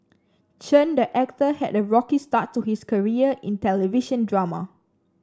Chen the actor had a rocky start to his career in television drama